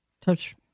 touch